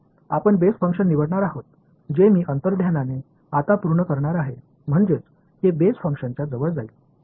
पुढे आपण base function निवडणार आहोत जे मी अंतर्ज्ञानाने आता पूर्ण करणार आहे म्हणजेच ते बेस फंक्शनच्या जवळ जाईल